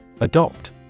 adopt